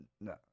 No